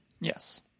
yes